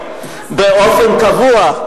באופן קבוע.